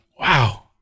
Wow